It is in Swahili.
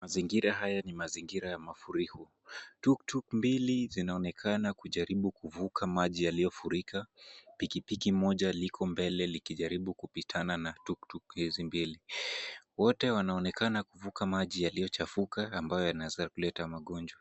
Mazingira haya ni mazingira ya mafuriko. tuktuk mbili zinaonekana kujaribu kuvuka maji yaliyofurika. Pikipiki moja liko mbele likijaribu kupitana na tuktuk hizi mbili. Wote wanaonekana kuvuka maji yaliyochafuka ambayo yanaweza kuleta magonjwa.